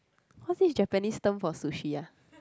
what's this Japanese term for sushi ah